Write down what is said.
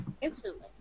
instantly